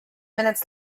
minutes